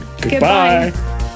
Goodbye